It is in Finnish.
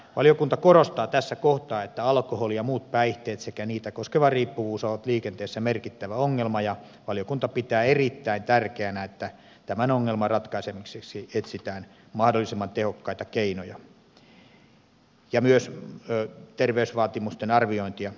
valiokunta korostaa tässä kohtaa että alkoholi ja muut päihteet sekä niitä koskeva riippuvuus ovat liikenteessä merkittävä ongelma ja valiokunta pitää erittäin tärkeänä että tämän ongelman ratkaisemiseksi etsitään mahdollisimman tehokkaita keinoja myös terveysvaatimusten arviointia kehittämällä